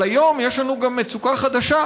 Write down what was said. אבל היום יש לנו גם מצוקה חדשה,